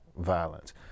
violence